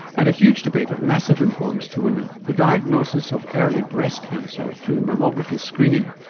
and a huge debate of massive importance to women the diagnosis of early breast cancer through mammography screening.